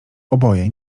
oboje